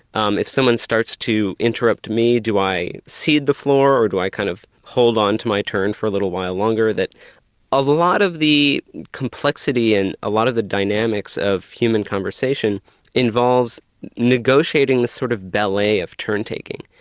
um if someone starts to interrupt me do i cede the floor or do i kind of hold on to my turn for a little while longer. a ah lot of the complexity and a lot of the dynamics of human conversation involves negotiating the sort of ballet of turn-taking.